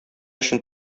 өчен